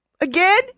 Again